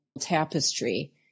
tapestry